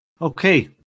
Okay